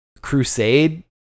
crusade